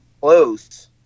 close